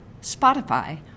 Spotify